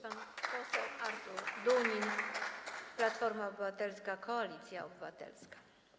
Pan poseł Artur Dunin, Platforma Obywatelska - Koalicja Obywatelska.